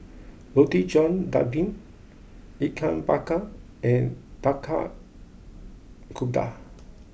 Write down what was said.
Roti John Daging Ikan Bakar and Tapak Kuda